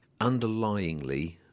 underlyingly